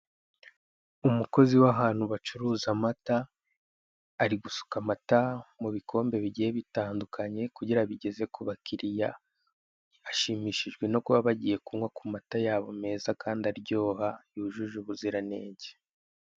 Umukozi w'ahantu bacuruza amata, ari gusuka amata mu bikombe bigiye bitandukanye, kugira abigeze ku bakiriya. Ashimishijwe no kuba bagiye kunywa ku mata yabo meza kandi aryoha, yujuje ubuziranenge.